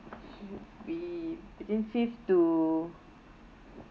should be between fifth to